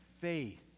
faith